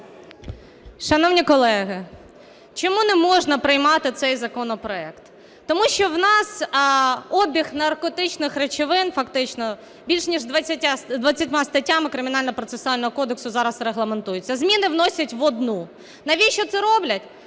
Шановні колеги, чому не можна приймати цей законопроект. Тому що в нас обіг наркотичних речовин фактично більше, ніж 20 статтями Кримінально-процесуального кодексу зараз регламентується, зміни вносять в одну. Навіщо це роблять?